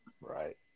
right